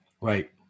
Right